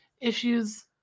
issues